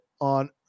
on